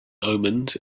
omens